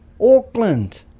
Auckland